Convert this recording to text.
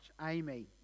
Amy